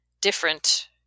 different